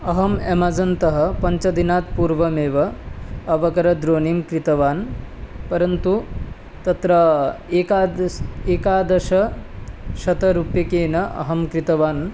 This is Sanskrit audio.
अहम् अमज़न्तः पञ्चदिनात् पूर्वमेव अवकरद्रोणीं क्रीतवान् परन्तु तत्र एकादशशतरूप्यकेन अहं क्रीतवान्